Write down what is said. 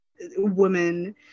women